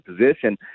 position